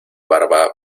barba